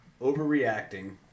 overreacting